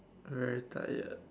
very tired